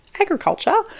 agriculture